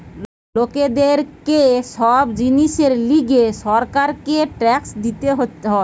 লোকদের কে সব জিনিসের লিগে সরকারকে ট্যাক্স দিতে হয়